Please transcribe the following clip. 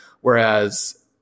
whereas